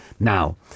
Now